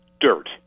dirt